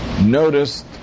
noticed